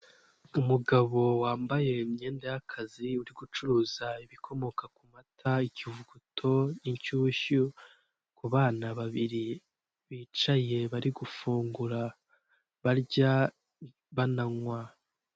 Umugabo wambaye imyenda y'akazi, uri gucuruza ibikomoka ku mata : ikivuguto, inshyushyu, ku bana babiri bicaye bari gufungura barya, bananywa.